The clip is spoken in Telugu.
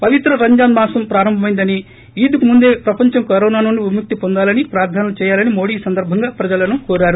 పవిత్ర రంజాన్ మాసం ప్రారంభమైందని ఈద్కు ముందే ప్రపంచం కరోనా నుండి విముక్తి పొందాలని ప్రార్ధనలు చేయాలని మోడీ ఈ సందర్భంగా ప్రజలను కోరారు